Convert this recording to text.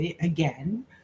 again